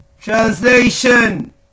translation